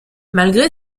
malgré